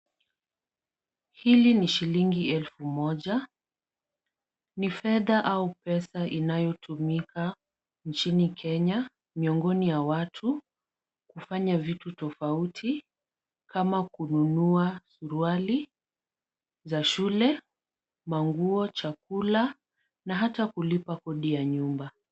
Hii ni shilingi elfu moja ni fedha au pesa inayotumika nchini Kenya miongoni mwa watu kufanya vitu tofauti kama; kununua ndwali za shule, manguo, chakula na hata kulipa kodi ya nyumba.